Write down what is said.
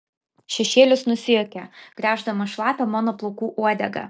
šešėlis nusijuokė gręždamas šlapią mano plaukų uodegą